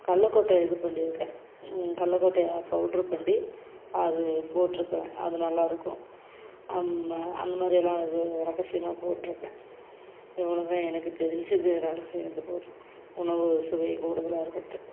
கல்லக்கொட்ட இது பண்ணிருக்கேன் கல்லக்கொட்டையை பவுட்ரு பண்ணி அது போட்டுருக்குறேன் அது நல்லாயிருக்கும் அந்த மாதிரியெல்லாம் இது ரகசியமாக போட்டுருக்கேன் இவ்வளோ தான் எனக்கு தெரிஞ்சது ரகசியம் இது போல உணவு சுவை கூடுதலாக இருக்கிறதுக்கு